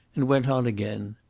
and went on again.